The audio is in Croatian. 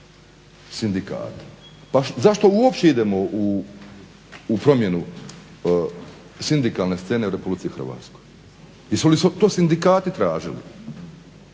sindikate. Pa zašto uopće idemo u promjenu sindikalne scene u RH? Jesu li to sindikati tražili?